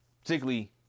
Particularly